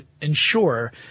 ensure